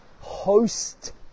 host